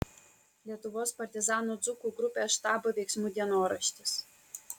lietuvos partizanų dzūkų grupės štabo veiksmų dienoraštis